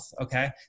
Okay